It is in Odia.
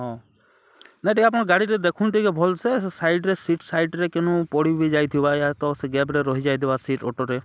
ହଁ ନାଇଁ ଟିକେ ଆପଣ୍ ଗାଡ଼ିରେ ଦେଖୁନ୍ ଟିକେ ଭଲ୍ସେ ସେ ସାଇଡ଼୍ରେ ସିଟ୍ ସାଇଡ଼୍ରେ କେନୁ ପଡ଼ିି ବି ଯାଇଥଥିବା ୟା ତ ସେ ଗ୍ୟାପ୍ରେ ରହିଯାଇଥିବା ସିଟ୍ ଅଟୋରେ